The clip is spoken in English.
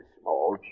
small